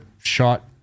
Shot